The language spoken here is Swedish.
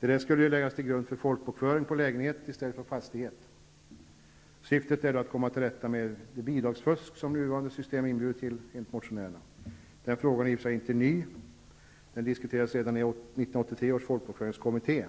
Det skulle läggas till grund för folkbokföring på lägenhet i stället för på fastighet. Syftet är att komma till rätta med det bidragsfusk som nuvarande system inbjuder till, enligt motionärerna. Frågan är i och för sig inte ny, då den diskuterades redan i 1983 års folkbokföringskommitté.